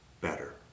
better